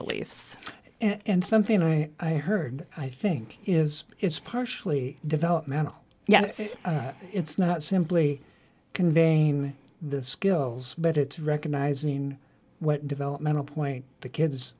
beliefs and something i heard i think is it's partially developmental yes it's not simply conveying the skills but it's recognizing what developmental point the kids